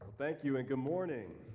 thank you and good morning.